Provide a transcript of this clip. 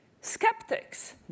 Skeptics